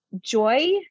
joy